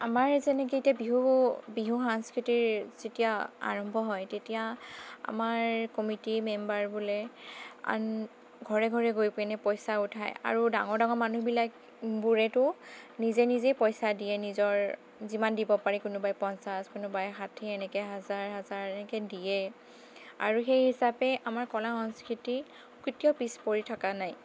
আমাৰ যেনেকৈ এতিয়া বিহু বিহু সাংস্কৃতিৰ যেতিয়া আৰম্ভ হয় তেতিয়া আমাৰ কমিটী মেম্বাৰবোৰে অন ঘৰে ঘৰে গৈ পেনি পইচা উঠায় আৰু ডাঙৰ ডাঙৰ মানুহবোৰেতো নিজে নিজেই পইচা দিয়ে নিজৰ যিমান দিব পাৰে কোনোবাই পঞ্চাছ কোনোবাই ষাঠি এনেকৈ হাজাৰ হাজাৰ এনেকৈ দিয়ে আৰু সেই হিচাপে আমাৰ কলা সংস্কৃতি কেতিয়াও পিছপৰি থকা নাই